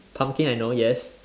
pumpkin I know yes